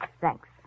Thanks